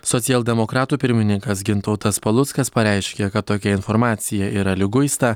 socialdemokratų pirmininkas gintautas paluckas pareiškė kad tokia informacija yra liguista